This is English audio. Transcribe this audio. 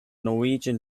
norwegian